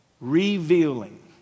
revealing